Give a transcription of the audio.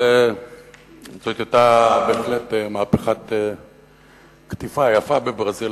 אבל זאת היתה בהחלט מהפכת קטיפה יפה בברזיל.